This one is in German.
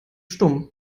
stumm